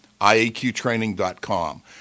iaqtraining.com